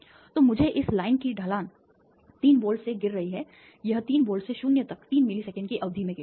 तो मुझे इस लाइन की ढलान 3 वोल्ट से गिर रही है यह 3 वोल्ट से शून्य तक 3 मिली सेकेंड की अवधि में गिरती है